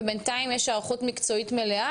ובינתיים יש היערכות מקצועית מלאה.